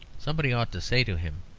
somebody ought to say to him,